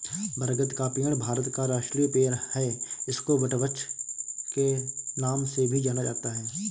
बरगद का पेड़ भारत का राष्ट्रीय पेड़ है इसको वटवृक्ष के नाम से भी जाना जाता है